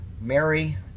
Mary